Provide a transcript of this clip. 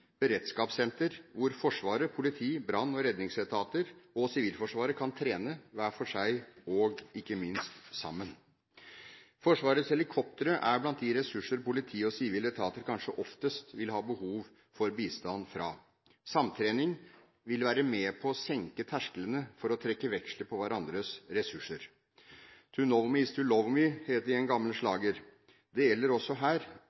beredskapssenter hvor Forsvaret, politiet, brann- og redningsetatene og Sivilforsvaret kan trene hver for seg og ikke minst sammen. Forsvarets helikoptre er blant de ressurser politi og sivile etater kanskje oftest vil ha behov for bistand fra. Samtrening vil være med på å senke tersklene for å trekke veksler på hverandres ressurser. «To know me is to love me», het det i en gammel slager. Det gjelder også her.